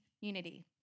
unity